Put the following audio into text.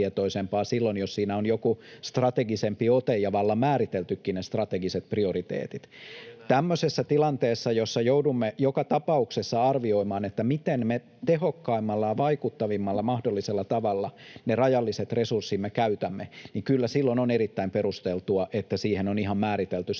silloin, jos siinä on joku strategisempi ote ja vallan määriteltykin ne strategiset prioriteetit. [Petri Huru: Juuri näin!] Tämmöisessä tilanteessa, jossa joudumme joka tapauksessa arvioimaan, miten me tehokkaimmalla ja vaikuttavimmalla mahdollisella tavalla ne rajalliset resurssimme käytämme, kyllä on erittäin perusteltua, että siihen on ihan määritelty